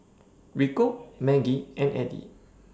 Rico Maggie and Addie